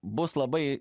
bus labai